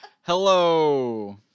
Hello